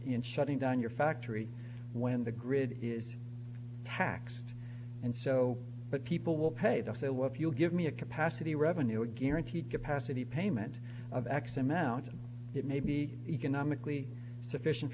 in shutting down your factory when the grid is taxed and so but people will pay the say well if you'll give me a capacity revenue a guaranteed capacity payment of x amount and it may be economically sufficient